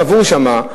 קבור שם,